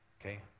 Okay